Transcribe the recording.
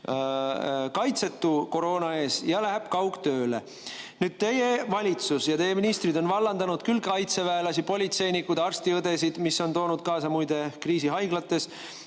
kaitsetu koroona ees ja läheb kaugtööle. Nüüd, teie valitsus, teie ministrid on vallandanud kaitseväelasi, politseinikke, arste, õdesid – see on toonud kaasa muide kriisi haiglates